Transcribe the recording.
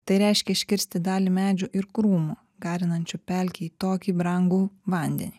tai reiškia iškirsti dalį medžių ir krūmų garinančių pelkei tokį brangų vandenį